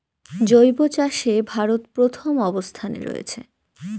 জৈব চাষে ভারত প্রথম অবস্থানে রয়েছে